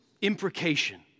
imprecation